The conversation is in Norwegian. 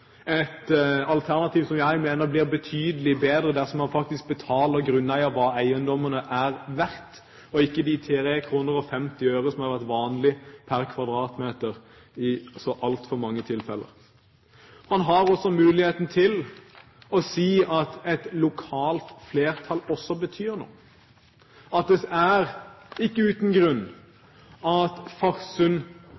et alternativ som jeg mener blir betydelig bedre dersom man faktisk betaler grunneier det eiendommene er verdt, og ikke de tre kroner og femti øre som har vært vanlig per kvadratmeter i så altfor mange tilfeller. Man har også muligheten til å si at et lokalt flertall også betyr noe, at det ikke er uten grunn